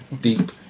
Deep